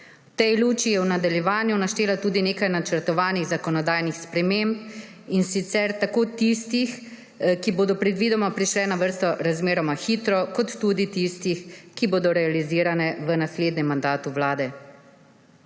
tej luči je v nadaljevanju naštela tudi nekaj načrtovanih zakonodajnih sprememb, in sicer tako tistih, ki bodo predvidoma prišle na vrsto razmeroma hitro, kot tudi tistih, ki bodo realizirane v naslednjem mandatu vlade.